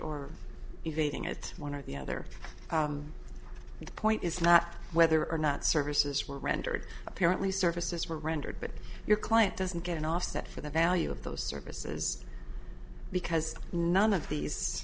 evading it one or the other the point is not whether or not services were rendered apparently services were rendered but your client doesn't get an offset for the value of those services because none of these